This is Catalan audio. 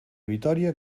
vitòria